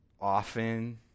often